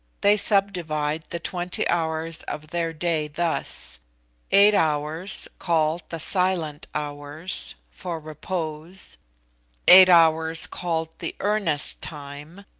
they subdivide the twenty hours of their day thus eight hours, called the silent hours, for repose eight hours, called the earnest time,